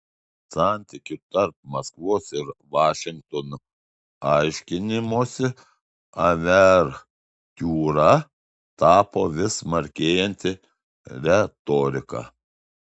santykių tarp maskvos ir vašingtono aiškinimosi uvertiūra tapo vis smarkėjanti retorika